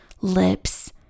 lips